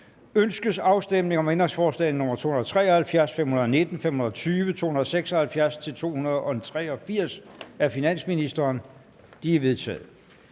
Ønskes afstemning om ændringsforslag nr. 273, 519, 520, 276-283 af finansministeren? De er vedtaget.